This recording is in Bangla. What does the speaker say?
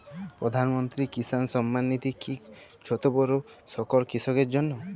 প্রধানমন্ত্রী কিষান সম্মান নিধি কি ছোটো বড়ো সকল কৃষকের জন্য?